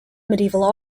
medieval